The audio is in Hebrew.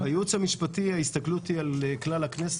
בייעוץ המשפטי ההסתכלות היא על כלל הכנסת,